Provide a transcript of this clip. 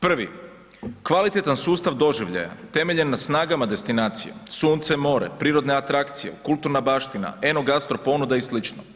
Prvi, kvalitetan sustav doživljaja temeljen na snagama destinacije, sunce, more, prirodne atrakcije, kulturna baština, enogastro ponuda i sl.